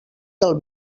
del